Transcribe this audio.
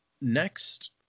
next